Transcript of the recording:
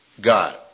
God